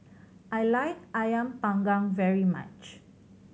I like Ayam Panggang very much